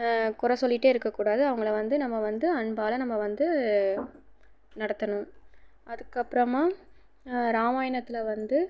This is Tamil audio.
கொறை சொல்லிகிட்டே இருக்கக்கூடாது அவங்கள வந்து நம்ம வந்து அன்பால் நம்ம வந்து நடத்தணும் அதுக்கப்புறமாக ராமாயணத்தில் வந்து